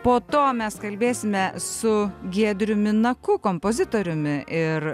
po to mes kalbėsime su giedriumi naku kompozitoriumi ir